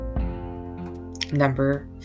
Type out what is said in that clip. Number